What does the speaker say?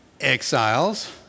exiles